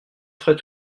frais